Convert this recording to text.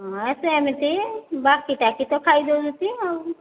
ହଁ ସେମିତି ବାକି ଟାକି ତ ଖାଇ ଦେଉଛନ୍ତି ଆଉ